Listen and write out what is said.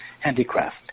handicraft